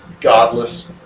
godless